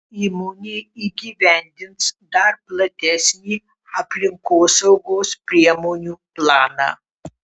įmonė įgyvendins dar platesnį aplinkosaugos priemonių planą